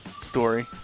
story